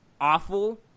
awful